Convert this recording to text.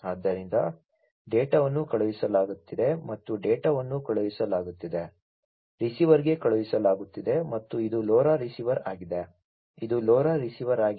ಆದ್ದರಿಂದ ಡೇಟಾವನ್ನು ಕಳುಹಿಸಲಾಗುತ್ತಿದೆ ಮತ್ತು ಡೇಟಾವನ್ನು ಕಳುಹಿಸಲಾಗುತ್ತಿದೆ ರಿಸೀವರ್ಗೆ ಕಳುಹಿಸಲಾಗುತ್ತಿದೆ ಮತ್ತು ಇದು LoRa ರಿಸೀವರ್ ಆಗಿದೆ ಇದು LoRa ರಿಸೀವರ್ ಆಗಿದೆ